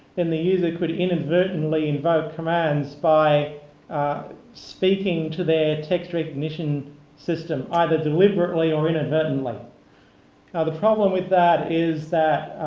then the user could inadvertently invoke commands by speaking to their text recognition system, either deliberately or inadvertently. now the problem with that is that